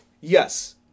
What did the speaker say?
yes